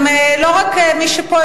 גם לא רק מי שפה,